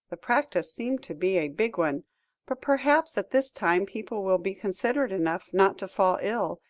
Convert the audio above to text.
the practice seemed to be a big one. but perhaps at this time people will be considerate enough not to fall ill,